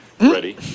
Ready